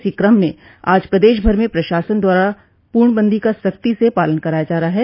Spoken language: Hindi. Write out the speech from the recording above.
इसी क्रम में आज प्रदेश भर में प्रशासन द्वारा पूर्णबंदी का सख्तो से पालन कराया जा रहा है